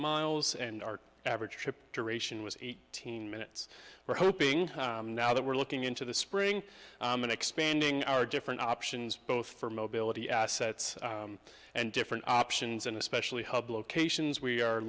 miles and our average trip duration was eighteen minutes we're hoping now that we're looking into the spring and expanding our different options both for mobility assets and different options and especially hub locations we are